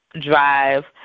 drive